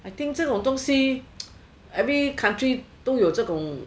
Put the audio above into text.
I think 这种东西 every country 都有这种